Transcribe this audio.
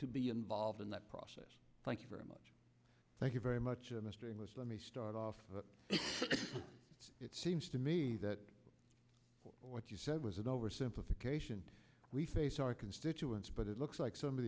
to be involved in that process thank you very much thank you very much a mystery most let me start off it seems to me that what you said was an oversimplification we face our constituents but it looks like some of